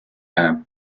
arm